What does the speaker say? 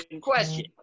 question